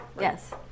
Yes